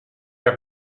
are